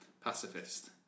pacifist